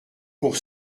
pour